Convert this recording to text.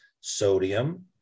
sodium